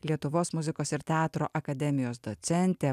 lietuvos muzikos ir teatro akademijos docentė